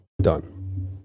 Done